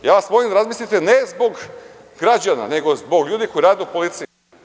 Molim vas da razmislite, ne zbog građana, nego zbog ljudi koji rade u policiji.